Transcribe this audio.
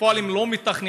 כשבפועל הם לא מתכננים,